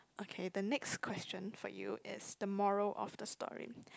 okay the question for you is the moral of the story